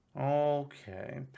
Okay